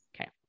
Okay